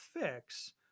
fix